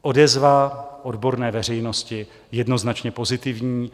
Odezva odborné veřejnosti jednoznačně pozitivní.